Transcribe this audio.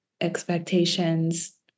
expectations